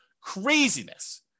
Craziness